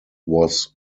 was